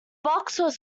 box